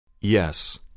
Yes